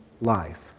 life